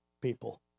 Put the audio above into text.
people